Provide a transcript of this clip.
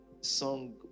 song